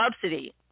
subsidy